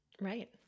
Right